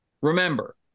remember